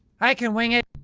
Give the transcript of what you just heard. i can wing it!